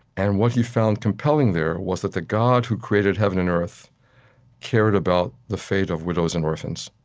and what he found compelling there was that the god who created heaven and earth cared about the fate of widows and orphans.